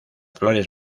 flores